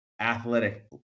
athletic